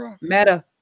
meta